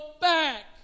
back